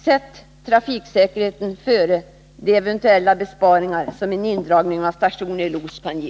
Sätt trafiksäkerheten före de eventuella besparingar som en indragning av stationen i Los kan ge!